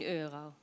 euro